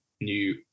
new